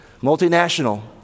multinational